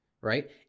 right